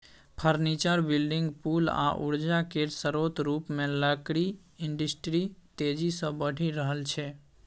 furniture, building, पुल आ उर्जा केर स्रोत रुपमे लकड़ी इंडस्ट्री तेजी सँ बढ़ि रहल छै